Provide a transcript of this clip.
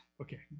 Okay